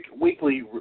weekly